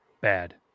bad